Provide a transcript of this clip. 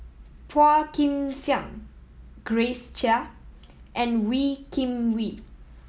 Phua Kin Siang Grace Chia and Wee Kim Wee